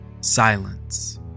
Silence